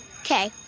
Okay